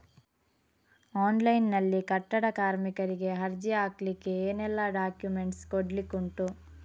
Online ನಲ್ಲಿ ಕಟ್ಟಡ ಕಾರ್ಮಿಕರಿಗೆ ಅರ್ಜಿ ಹಾಕ್ಲಿಕ್ಕೆ ಏನೆಲ್ಲಾ ಡಾಕ್ಯುಮೆಂಟ್ಸ್ ಕೊಡ್ಲಿಕುಂಟು?